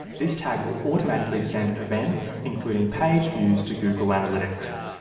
this tag will automatically send events, including pageviews, to google analytics.